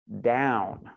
down